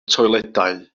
toiledau